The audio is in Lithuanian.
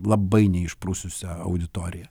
labai neišprususią auditoriją